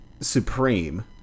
supreme